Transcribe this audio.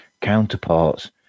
Counterparts